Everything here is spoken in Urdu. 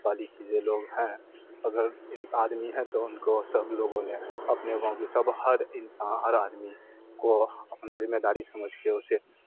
والی چیزیں لوگ ہیں اگر ان آدمی ہیں تو ان کو سب لوگوں نے اپنے گاؤں کے سب ہر انساں ہر آدمی کو اپنا ذمیداری سمجھ کے اسے